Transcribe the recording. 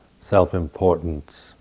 self-importance